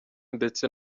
ndetse